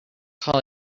call